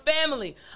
family